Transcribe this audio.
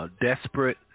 desperate